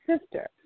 sister